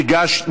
תיגש,